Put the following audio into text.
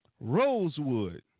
Rosewood